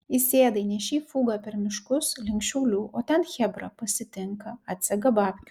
įsėdai nešei fugą per miškus link šiaulių o ten chebra pasitinka atsega babkių